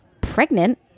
pregnant